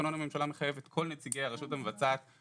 תקנון הממשלה מחייב את כל נציגי הרשות המבצעת,